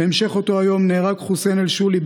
בהמשך אותו היום נהרג חוסיין אל-שולי,